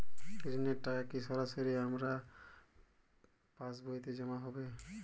ঋণের টাকা কি সরাসরি আমার পাসবইতে জমা হবে?